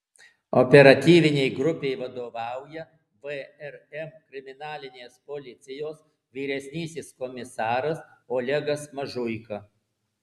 operatyvinei grupei vadovauja vrm kriminalinės policijos vyresnysis komisaras olegas mažuika